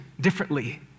differently